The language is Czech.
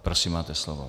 Prosím, máte slovo.